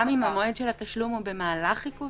גם אם המועד של התשלום הוא במהלך עיכוב